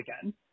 again